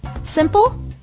Simple